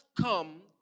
come